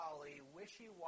wishy-washy